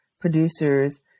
producers